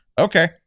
Okay